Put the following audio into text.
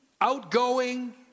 outgoing